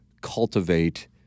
cultivate